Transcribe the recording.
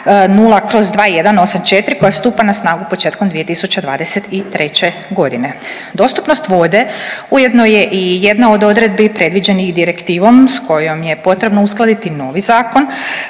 2020/2184 koja stupa na snagu početkom 2023. godine. Dostupnost vode ujedno je i jedna od odredbi predviđenih direktivom s kojom je potrebno uskladiti novi zakon